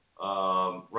right